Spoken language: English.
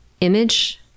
Image